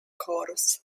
chorus